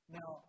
now